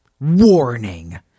Warning